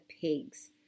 pigs